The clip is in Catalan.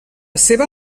seva